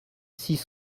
six